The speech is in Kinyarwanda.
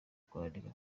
kwandika